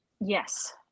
Yes